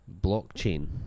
blockchain